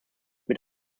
mit